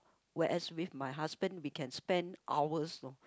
whereas with my husband we can spend hours know